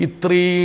Itri